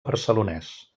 barcelonès